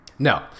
No